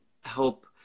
help